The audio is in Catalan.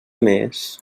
més